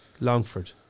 Longford